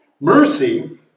Mercy